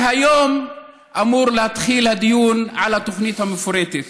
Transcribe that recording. והיום אמור להתחיל הדיון על התוכנית המפורטת.